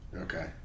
Okay